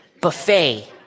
buffet